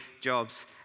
jobs